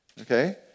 Okay